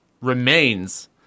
remains